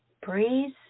breeze